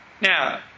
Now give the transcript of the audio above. Now